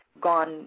gone